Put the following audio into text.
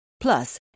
plus